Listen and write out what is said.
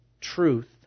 truth